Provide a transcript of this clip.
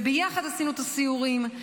וביחד עשינו את הסיורים.